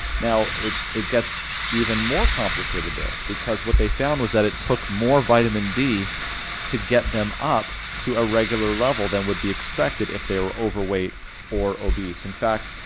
now it it gets even more complicated there, because what they found was that it took more vitamin d to get them up to a regular level than would be expected if they were overweight or obese. in fact,